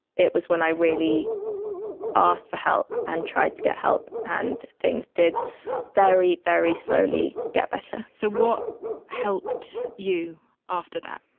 it was when i really asked for help and tried to get help and things did very, very slowly get better so what helped you after that?